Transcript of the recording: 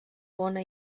bona